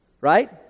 Right